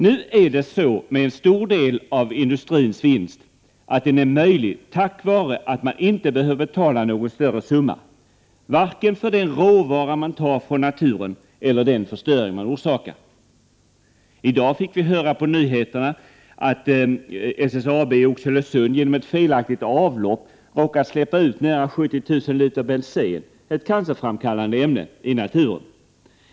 Nu är det så med en stor del av industrins vinst, att den är möjlig tack vare att man inte behöver betala någon större summa vare sig för den råvara man tar från naturen eller för den förstöring som man orsakar. I dag fick vi höra på nyheterna hur SSAB i Oxelösund genom ett felaktigt avlopp råkat släppa ut nära 70 000 liter bensen, ett cancerframkallande ämne, i naturen.